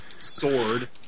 Sword